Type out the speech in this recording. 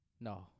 No